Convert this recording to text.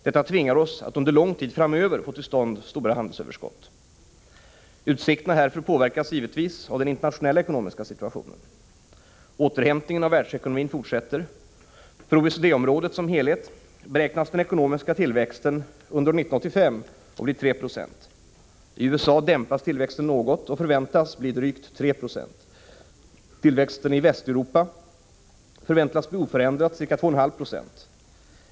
Detta tvingar oss att under lång tid framöver få till stånd stora handelsöverskott. Utsikterna härför påverkas givetvis av den internationella ekonomiska situationen. Återhämtningen av världsekonomin fortsätter. För OECD-området som helhet beräknas den ekonomiska tillväxten under år 1985 bli 3 26. I USA dämpas tillväxten något och förväntas bli drygt 3 26. Tillväxten i Västeuropa förväntas bli oförändrad, ca 2,5 96.